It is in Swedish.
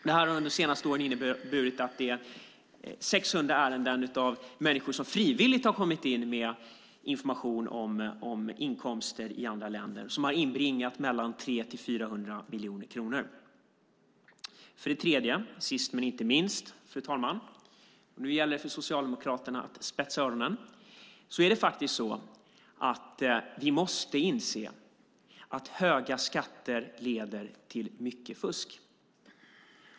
Detta har under de senaste åren inneburit 600 ärenden där människor frivilligt har kommit in med information om inkomster i andra länder som har inbringat 300-400 miljoner kronor. För det tredje, sist men inte minst - och nu gäller det för Socialdemokraterna att spetsa öronen - måste vi inse att höga skatter leder till mycket fusk.